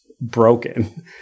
broken